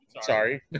Sorry